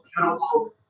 beautiful